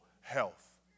health